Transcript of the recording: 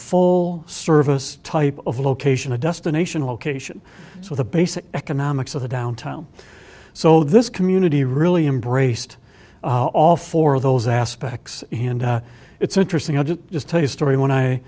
full service type of location a destination location so the basic economics of the downtown so this community really embraced all four of those aspects and it's interesting i didn't just tell you story when i